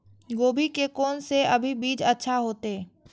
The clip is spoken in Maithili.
गोभी के कोन से अभी बीज अच्छा होते?